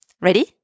Ready